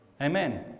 Amen